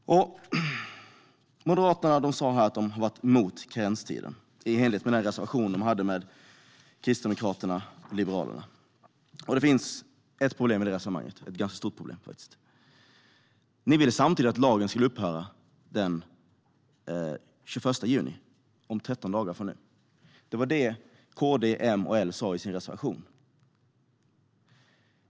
Moderaterna säger här att de har varit emot karenstiden, i enlighet med reservationen tillsammans med Kristdemokraterna och Liberalerna. Det finns ett problem i det sammanhanget, ett ganska stort problem. Ni ville samtidigt att lagen skulle upphöra den 21 juni, om 13 dagar från nu. Det var det KD, M och L sa i sin reservation.